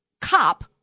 cop